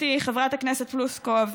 גברתי חברת הכנסת פלוסקוב,